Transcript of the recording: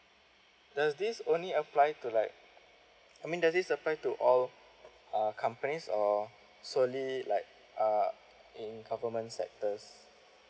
does this only apply to like I mean does this apply to all uh companies or solely like uh in government sectors